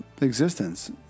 existence